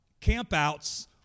campouts